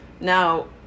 Now